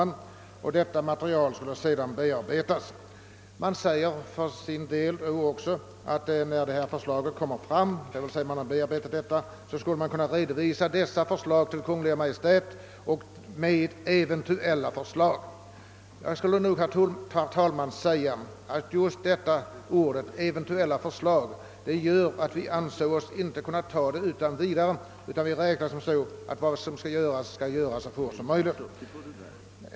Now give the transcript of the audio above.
När dessa uppgifter inkommit skall de bearbetas, och man säger också att det är rikspolisstyrelsens avsikt att redovisa undersökningen »med eventuella förslag till åtgärder». Herr talman! Just dessa ord, »eventuella förslag», gör att man inte kan acceptera detta utan vidare. Vad som skall göras bör göras så fort som möjligt.